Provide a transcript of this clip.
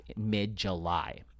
mid-July